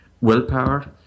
willpower